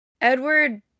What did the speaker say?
Edward